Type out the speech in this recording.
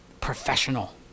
professional